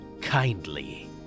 kindly